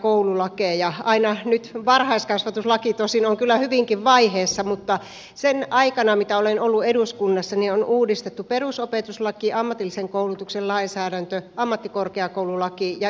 nyt varhaiskasvatuslaki tosin on kyllä hyvinkin vaiheessa mutta sinä aikana mitä olen ollut eduskunnassa on uudistettu perusopetuslaki ammatillisen koulutuksen lainsäädäntö ammattikorkeakoululaki ja yliopistolaki